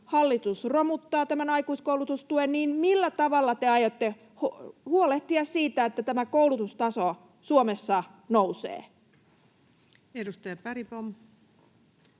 hallitus romuttaa tämän aikuiskoulutustuen, niin millä tavalla te aiotte huolehtia siitä, että tämä koulutustaso Suomessa nousee. [Speech 158]